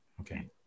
Okay